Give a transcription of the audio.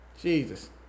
jesus